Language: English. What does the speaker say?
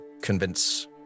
convince